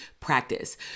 practice